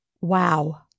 Wow